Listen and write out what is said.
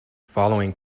following